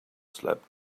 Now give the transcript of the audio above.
slept